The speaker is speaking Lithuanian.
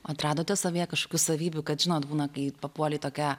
atradote savyje kažkokių savybių kad žinot būna kai papuoli į tokią